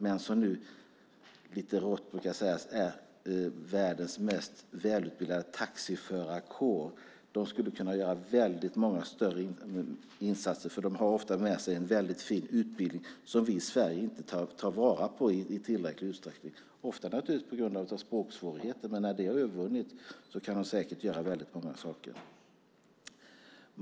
Jag brukar lite rått säga att vi nu har världens bäst utbildade taxiförarkår. De skulle kunna göra väldigt mycket större insatser. De har ofta med sig en väldigt fin utbildning som vi i Sverige inte tar vara på i tillräcklig utsträckning. Det beror naturligtvis ofta på språksvårigheter. Men när det väl är övervunnet kan de säkert göra väldigt fina insatser.